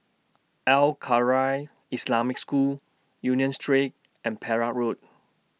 Al Khairiah Islamic School Union Street and Perak Road